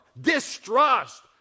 Distrust